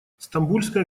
стамбульская